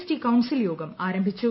T council യോഗം ആരംഭിച്ചു